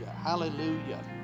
Hallelujah